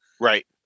Right